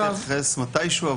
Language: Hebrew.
אני ארצה להתייחס מתי שהוא,